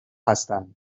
هستن